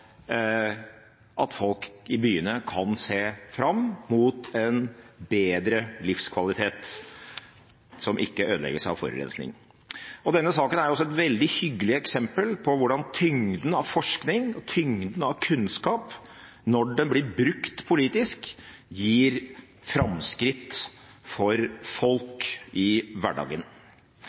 at folk i byene kan se fram mot en bedre livskvalitet, som ikke ødelegges av forurensning. Denne saken er jo også et veldig hyggelig eksempel på hvordan tyngden av forskning og tyngden av kunnskap, når den blir brukt politisk, gir framskritt for folk i hverdagen.